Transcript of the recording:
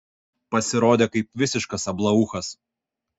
pasirodė kaip visiškas ablaūchas